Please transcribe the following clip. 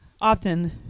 Often